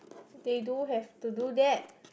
they do have to do that